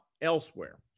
elsewhere